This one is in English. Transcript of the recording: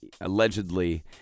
allegedly